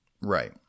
right